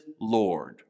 Lord